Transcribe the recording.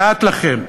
לאט לכם.